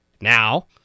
Now